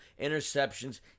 Interceptions